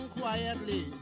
quietly